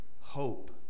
Hope